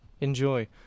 enjoy